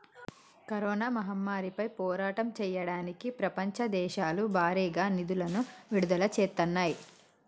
corona మహమ్మారిపై పోరాటం చెయ్యడానికి ప్రపంచ దేశాలు భారీగా నిధులను విడుదల చేత్తన్నాయి